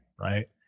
Right